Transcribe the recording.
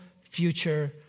future